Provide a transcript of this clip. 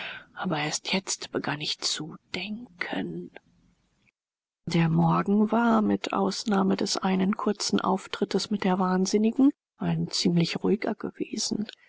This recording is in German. aber erst jetzt begann ich zu denken der morgen war mit ausnahme des einen kurzen auftrittes mit der wahnsinnigen ein ziemlich ruhiger gewesen